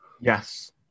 Yes